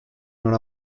non